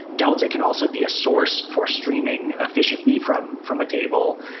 delta can also be a source for streaming efficiently from from a table.